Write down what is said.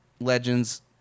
Legends